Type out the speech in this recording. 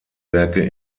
werke